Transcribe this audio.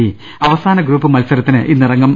സിഅവസാന group മത്സരത്തിന് ഇന്നിറങ്ങും